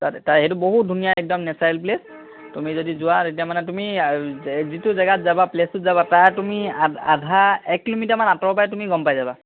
তাত সেইটো বহু ধুনীয়া একদম নেচাৰেল প্লেচ তুমি যদি যোৱা তেতিয়া মানে তুমি যিটো জেগাত যাবা প্লেচটোত যাবা তাৰ তুমি আধা এক কিলোমিটাৰ মান আঁতৰৰ পৰাই তুমি গম পাই যাবা